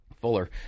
Fuller